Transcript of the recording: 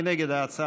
מי נגד ההצעה?